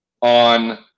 on